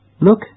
Look